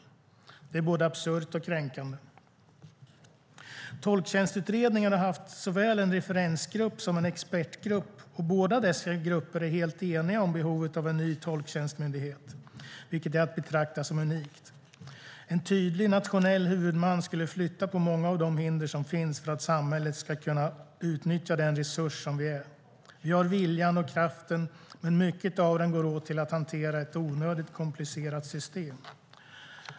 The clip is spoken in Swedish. Detta är både absurt och kränkande. - Tolktjänstutredningen har haft såväl en referensgrupp som en expertgrupp. Båda dessa grupper är helt eniga om behovet av en ny tolktjänstmyndighet, vilket är att betrakta som unikt. En tydlig nationell huvudman skulle flytta på många av de hinder som finns för att samhället ska kunna utnyttja den resurs som vi är. Vi har viljan och kraften, men mycket av den går åt till att hantera ett onödigt komplicerat system."